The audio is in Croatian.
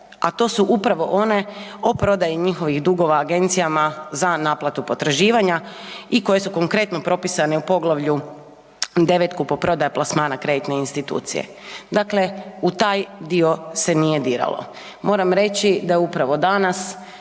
a to su upravo one o prodaji njihovih dugova agencijama za naplatu potraživanja i koje su konkretno propisane u Poglavlju 9. - kupoprodaja plasmana kreditne institucije. Dakle, u taj dio se nije diralo. Moram reći da je upravo danas